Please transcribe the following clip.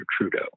Trudeau